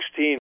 2016